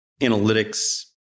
analytics